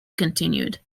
continued